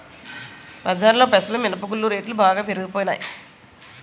బజారులో పెసలు మినప గుళ్ళు రేట్లు బాగా పెరిగిపోనాయి